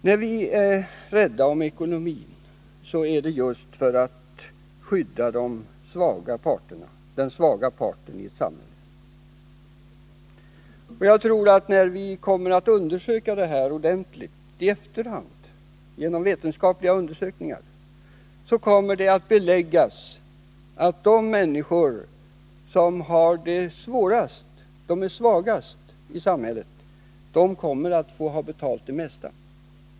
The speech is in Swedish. När vi värnar om ekonomin är det just för att skydda den svaga parten i samhället. Jag tror att vi i efterhand, genom framtida vetenskapliga undersökningar av dagens ekonomiska situation, kommer att få belägg för att det är de människor som har det svårast och som är svagast i samhället som har betalt det mesta.